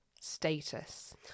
status